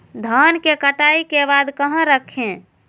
धान के कटाई के बाद कहा रखें?